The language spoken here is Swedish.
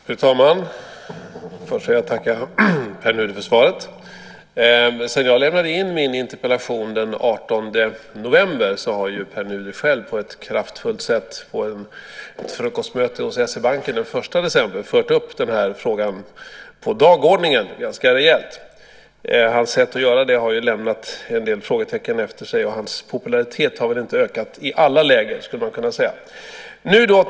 Fru talman! Först vill jag tacka Pär Nuder för svaret. Sedan jag lämnade in min interpellation den 18 november har Pär Nuder själv på ett kraftfullt sätt på ett frukostmöte hos SE-banken den 1 december fört upp den här frågan på dagordningen ganska rejält. Hans sätt att göra det har lämnat en del frågetecken efter sig, och hans popularitet har väl inte ökat i alla läger.